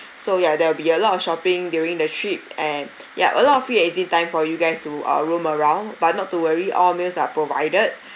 so yeah there will be a lot of shopping during the trip and yup a lot of free and easy time for you guys to uh roam around but not to worry all meals are provided